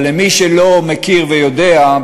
אבל למי שלא מכיר ויודע,